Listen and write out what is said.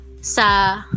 sa